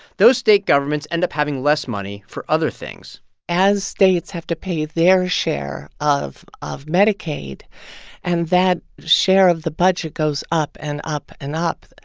those state governments end and up having less money for other things as states have to pay their share of of medicaid and that share of the budget goes up and up and up,